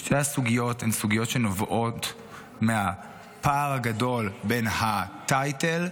שתי הסוגיות הן סוגיות שנובעות מהפער הגדול בין הטייטל,